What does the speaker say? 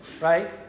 right